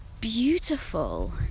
beautiful